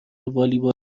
والیبال